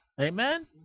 Amen